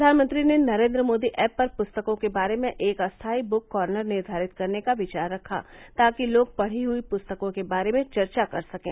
प्रधानमंत्री ने नरेन्द्र मोदी एप पर पुस्तकों के बारे में एक स्थायी बुक कॉर्नर निर्धारित करने का विचार रखा ताकि लोग पढ़ी हुई पुस्तकों के बारे में चर्चा कर सकें